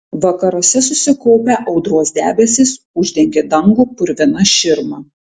vakaruose susikaupę audros debesys uždengė dangų purvina širma